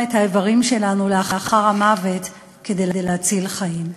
את האיברים שלנו לאחר המוות כדי להציל חיים.